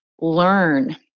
learn